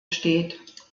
steht